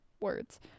words